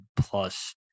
plus